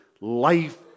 life